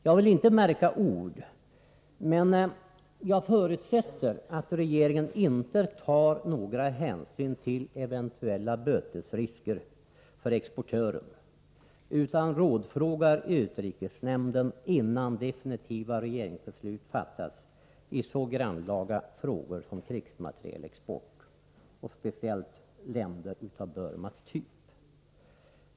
Jag vill inte märka ord, men jag förutsätter att regeringen inte tar några hänsyn till eventuella bötesrisker för exportören utan rådfrågar utrikesnämnden innan definitiva regeringsbeslut fattas i så grannlaga frågor som krigsmaterielexport, speciellt till länder av Burmas typ.